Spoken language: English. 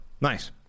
Nice